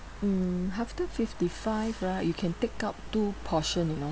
mm after fifty five ah or you can take out two portion you know